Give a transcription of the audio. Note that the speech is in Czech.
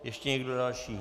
Ještě někdo další?